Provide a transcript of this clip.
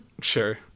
Sure